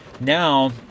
Now